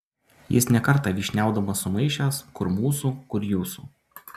jis ne kartą vyšniaudamas sumaišęs kur mūsų kur jūsų